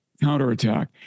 counterattack